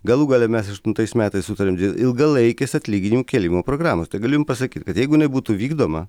galų gale mes aštuntais metais sutariėm dėl ilgalaikės atlyginimų kėlimo programos tai galiu jum pasakyt kad jeigu jinai būtų vykdoma